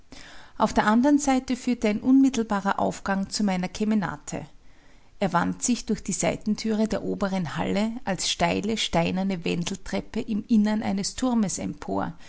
auf der andern seite führte ein unmittelbarer aufgang zu meiner kemenate er wand sich durch eine seitentüre der oberen halle als steile steinerne wendeltreppe im innern eines turmes empor